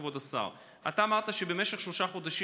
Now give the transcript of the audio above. כבוד השר: אתה אמרת שבמשך שלושה חודשים